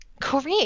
correct